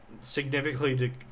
Significantly